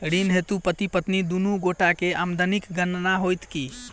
ऋण हेतु पति पत्नी दुनू गोटा केँ आमदनीक गणना होइत की?